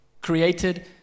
created